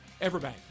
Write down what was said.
EverBank